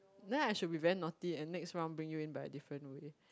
then I should be very naughty and next round bring you in by a different way